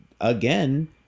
again